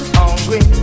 hungry